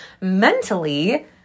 mentally